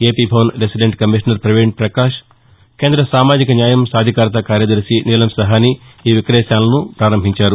PP Bhavan resident commissioner Praveen Prakash కేంద్ర సామాజిక న్యాయం సాధికారత కార్యదర్శి నీలం సహానీ ఈ విక్రయశాలను ప్రారంభించారు